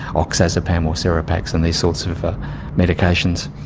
oxazepam or serepax and these sorts of medications.